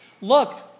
look